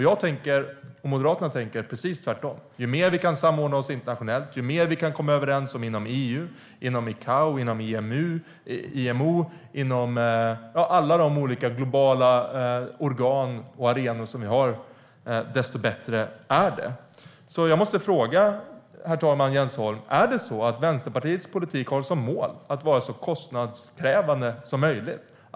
Jag och Moderaterna tänker precis tvärtom. Ju mer vi kan samordna oss internationellt, ju mer vi kan komma överens om inom EU, ICAO, EMU, IMO och alla de olika globala organ och arenor vi har, desto bättre är det. Herr talman! Jag måste fråga Jens Holm: Är det så att Vänsterpartiets politik har som mål att vara så kostnadskrävande som möjligt?